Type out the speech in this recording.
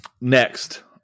Next